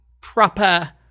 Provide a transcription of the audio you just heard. proper